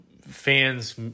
fans